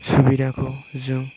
सुबिदाखौ जों